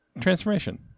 transformation